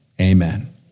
Amen